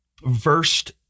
versed